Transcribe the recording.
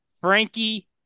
Frankie